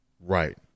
Right